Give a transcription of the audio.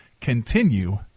continue